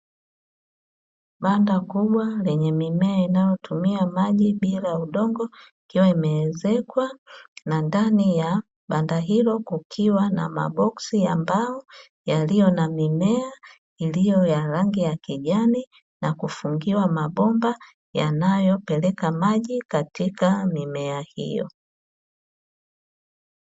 Banda kubwa lenye mimea inayotumia maji bila udongo, ikiwa imeezekwa na ndani ya banda hilo kukiwa na maboksi ya mbao yaliyo na mimea iliyo ya rangi ya kijani na kufungiwa mabomba yanayopeleka maji katika mimea hiyo.